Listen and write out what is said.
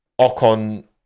Ocon